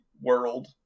world